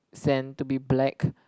sand to be black